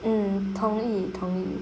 mm 同意同意